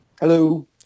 Hello